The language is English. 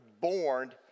born